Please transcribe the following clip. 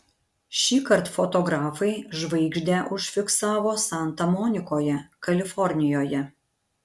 šįkart fotografai žvaigždę užfiksavo santa monikoje kalifornijoje